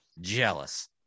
jealous